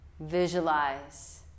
Visualize